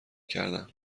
کردن